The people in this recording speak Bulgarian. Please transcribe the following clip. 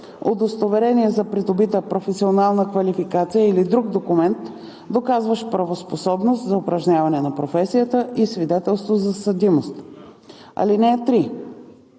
удостоверение за придобита професионална квалификация или друг документ, доказващ правоспособност за упражняване на професията и свидетелство за съдимост. (3)